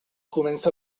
comença